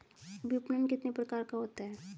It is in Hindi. विपणन कितने प्रकार का होता है?